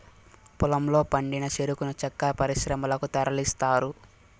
పొలంలో పండిన చెరుకును చక్కర పరిశ్రమలకు తరలిస్తారు